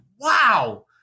wow